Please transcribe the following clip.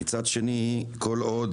מצד שני, כל עוד